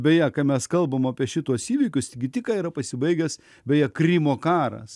beje ką mes kalbam apie šituos įvykius gi tik ką yra pasibaigęs beje krymo karas